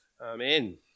Amen